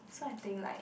so I think like